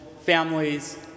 families